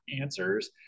answers